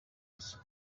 gusa